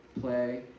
play